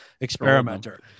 experimenter